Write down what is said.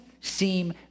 seem